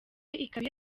ikaba